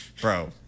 Bro